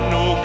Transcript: no